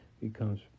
becomes